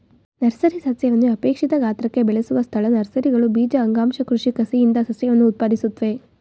nursery ಸಸ್ಯವನ್ನು ಅಪೇಕ್ಷಿತ ಗಾತ್ರಕ್ಕೆ ಬೆಳೆಸುವ ಸ್ಥಳ ನರ್ಸರಿಗಳು ಬೀಜ ಅಂಗಾಂಶ ಕೃಷಿ ಕಸಿಯಿಂದ ಸಸ್ಯವನ್ನು ಉತ್ಪಾದಿಸುತ್ವೆ